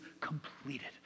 completed